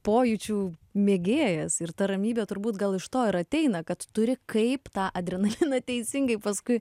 pojūčių mėgėjas ir ta ramybė turbūt gal iš to ir ateina kad turi kaip tą adrenaliną teisingai paskui